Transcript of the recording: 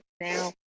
now